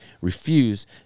refuse